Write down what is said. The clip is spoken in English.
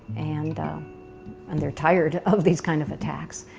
and and they're tired of these kind of attacks.